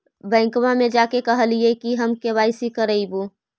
बैंकवा मे जा के कहलिऐ कि हम के.वाई.सी करईवो?